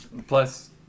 Plus